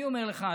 אני אומר לך,